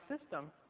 system